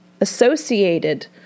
associated